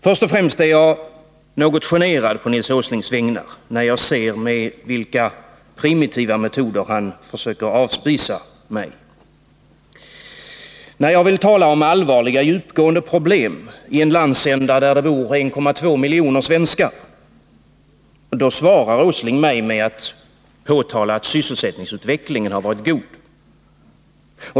Först och främst är jag något generad å Nils Åslings vägnar, då jag ser med vilka primitiva metoder han försöker avspisa mig. När jag vill tala om allvarliga och djupgående problem i en landsända där det bor 1,2 miljoner svenskar, svarar Nils Åsling mig med att säga att sysselsättningsutvecklingen har varit god.